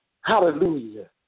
Hallelujah